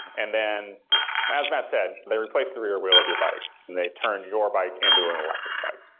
and then as matt said, they replace the rear wheel of your bike and they turn your bike into an electric bike.